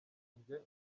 njye